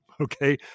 okay